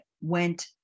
went